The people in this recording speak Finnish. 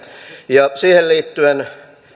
vieläkään siihen liittyen